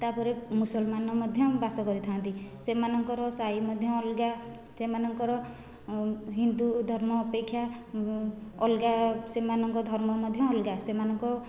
ତା'ପରେ ମୁସଲମାନ ମଧ୍ୟ ବାସ କରିଥାନ୍ତି ସେମାନଙ୍କର ସାହି ମଧ୍ୟ ଅଲଗା ସେମାନଙ୍କର ହିନ୍ଦୁ ଧର୍ମ ଆପେକ୍ଷା ଅଲଗା ସେମାନଙ୍କ ଧର୍ମ ମଧ୍ୟ ଅଲଗା ସେମାନଙ୍କ